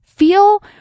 Feel